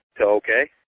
okay